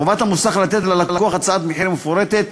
חובת המוסך לתת ללקוח הצעת מחיר מפורטת,